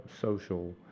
social